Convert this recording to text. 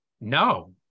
no